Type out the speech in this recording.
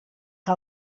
que